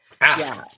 ask